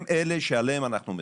הם אלה שעליהם אנחנו נדבר.